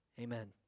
Amen